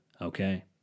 Okay